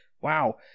Wow